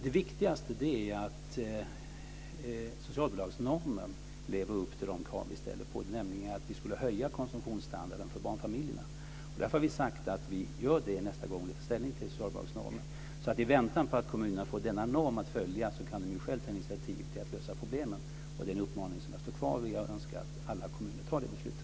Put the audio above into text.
Det viktigaste är att socialbidragsnormen lever upp till de krav vi ställer på den, nämligen att vi skulle höja konsumtionsstandarden för barnfamiljerna. Därför har vi sagt att vi gör det nästa gång vi tar ställning till socialbidragsnormen. I väntan på att kommunerna får denna norm att följa kan de själva ta initiativ till att lösa problemen. Det är en uppmaning som jag står kvar vid, och jag önskar att alla kommuner tar det beslutet.